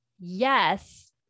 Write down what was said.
Yes